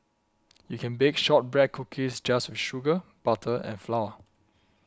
you can bake Shortbread Cookies just with sugar butter and flour